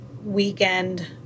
weekend